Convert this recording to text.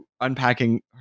unpacking